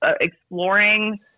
exploring